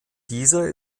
dieser